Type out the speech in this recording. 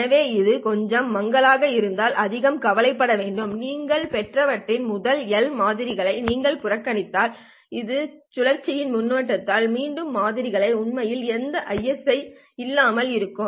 எனவே இது கொஞ்சம் மங்கலாக இருந்தால் அதிகம் கவலைப்பட வேண்டாம் நீங்கள் பெற்றவற்றின் முதல் எல் மாதிரிகளை நீங்கள் புறக்கணித்தால் இது சுழற்சியின் முன்னொட்டுதான் மீதமுள்ள மாதிரிகள் உண்மையில் எந்த ISI இல்லாமல் இருக்கும்